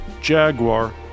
Jaguar